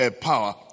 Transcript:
power